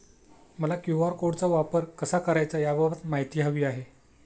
मला क्यू.आर कोडचा वापर कसा करायचा याबाबत माहिती हवी आहे